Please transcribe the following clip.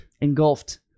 engulfed